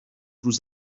روز